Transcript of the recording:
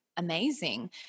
amazing